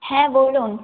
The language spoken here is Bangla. হ্যাঁ বলুন